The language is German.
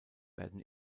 werden